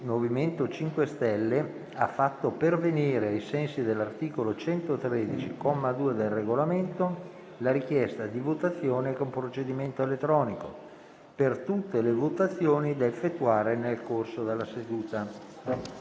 MoVimento 5 Stelle ha fatto pervenire, ai sensi dell'articolo 113, comma 2, del Regolamento, la richiesta di votazione con procedimento elettronico per tutte le votazioni da effettuare nel corso della seduta.